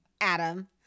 Adam